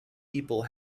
people